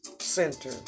Center